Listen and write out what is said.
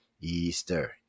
Easter